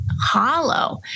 hollow